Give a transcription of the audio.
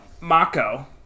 Mako